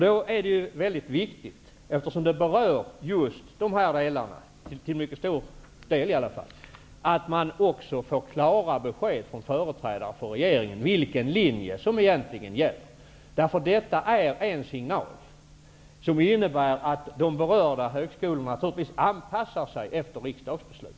Det är också viktigt att få klara besked från företrädare för regeringen om vilken linje som egentligen gäller. Detta är en signal som innebär att de berörda högskolorna troligtvis anpassar sig efter riksdagens beslut.